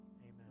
Amen